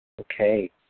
Okay